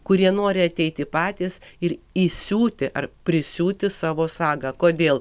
kurie nori ateiti patys ir įsiūti ar prisiūti savo sagą kodėl